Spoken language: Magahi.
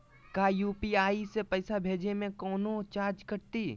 का यू.पी.आई से पैसा भेजे में कौनो चार्ज कटतई?